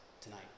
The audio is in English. tonight